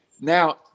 Now